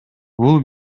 бул